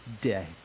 day